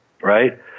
right